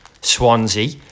Swansea